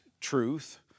truth